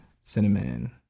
Cinnamon